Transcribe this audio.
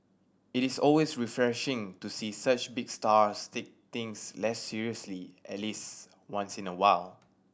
it is always refreshing to see such big stars take things less seriously at least once in a while